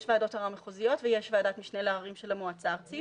יש ועדות ערר מחוזיות ויש ועדת משנה לעררים של המועצה הארצית.